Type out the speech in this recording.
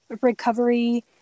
recovery